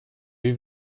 wie